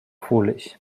foolish